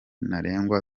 ntarengwa